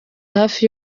hafi